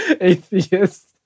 Atheist